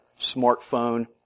smartphone